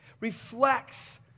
reflects